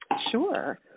Sure